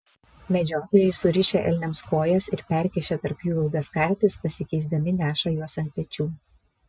medžiotojai surišę elniams kojas ir perkišę tarp jų ilgas kartis pasikeisdami neša juos ant pečių